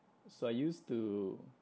so I used to